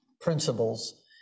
principles